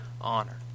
honor